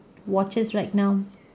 watches right now